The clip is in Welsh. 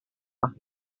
yma